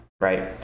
right